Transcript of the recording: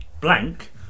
blank